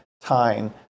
time